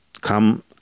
come